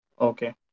Okay